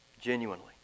Genuinely